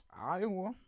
Iowa